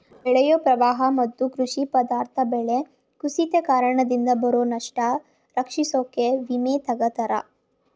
ಬೆಳೆಯು ಪ್ರವಾಹ ಮತ್ತು ಕೃಷಿ ಪದಾರ್ಥ ಬೆಲೆ ಕುಸಿತದ್ ಕಾರಣದಿಂದ ಬರೊ ನಷ್ಟನ ರಕ್ಷಿಸೋಕೆ ವಿಮೆ ತಗತರೆ